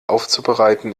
aufzubereiten